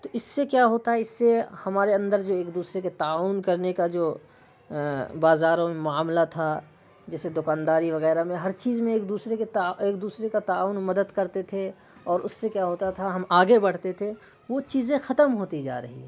تو اس سے کیا ہوتا ہے اس سے ہمارے اندر جو ایک دوسرے کے تعاون کرنے کا جو بازاروں میں معاملہ تھا جیسے دکانداری وغیرہ میں ہر چیز میں ایک دوسرے کے ایک دوسرے کا تعاون مدد کرتے تھے اور اس سے کیا ہوتا تھا ہم آگے بڑھتے تھے وہ چیزیں ختم ہوتی جا رہی ہیں